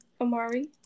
Amari